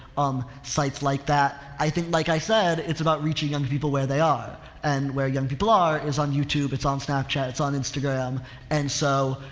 um, sites like that. i think, like i said, it's about reaching young people where they are and where young people are is on youtube, it's on snapchat, its on instagram and so,